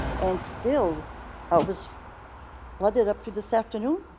and still i was flooded up to this afternoon.